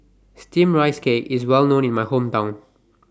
Steamed Rice Cake IS Well known in My Hometown